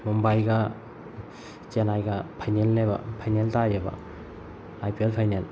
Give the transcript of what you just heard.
ꯃꯨꯝꯕꯥꯏꯒ ꯆꯦꯟꯅꯥꯏꯒ ꯐꯥꯏꯅꯦꯜꯅꯦꯕ ꯐꯥꯏꯅꯦꯜ ꯇꯥꯏꯌꯦꯕ ꯑꯥꯏ ꯄꯤ ꯑꯦꯜ ꯐꯥꯏꯅꯦꯜ